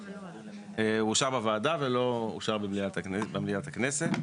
אושר בוועדה ולא אושר במליאת הכנסת.